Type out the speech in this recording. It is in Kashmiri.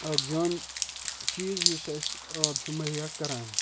اَکھ جان چیٖز یُس اَسہِ آب چھُ مہیا کَران